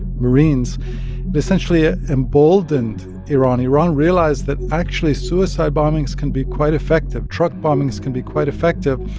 marines, they essentially ah emboldened iran. iran realized that, actually, suicide bombings can be quite effective truck bombings can be quite effective.